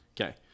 Okay